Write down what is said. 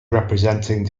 representing